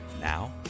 now